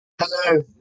Hello